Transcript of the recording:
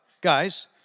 guys